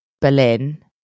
Berlin